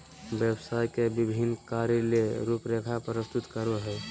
व्यवसाय के विभिन्न कार्य ले रूपरेखा प्रस्तुत करो हइ